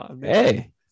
Hey